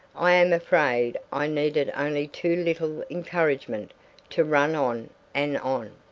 i am afraid i needed only too little encouragement to run on and on.